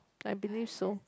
I believe so